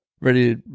Ready